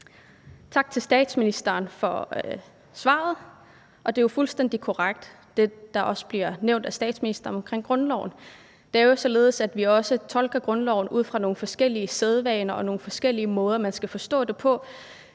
Tak til statsministeren for svaret, og det, der bliver nævnt af statsministeren omkring grundloven, er jo fuldstændig korrekt. Det er jo således, at vi også tolker grundloven ud fra nogle forskellige sædvaner og nogle forskellige måder, man skal forstå det på